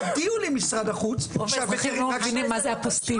רוב האזרחים לא מבינים מה זה אפוסטיל.